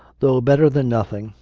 though better than nothing,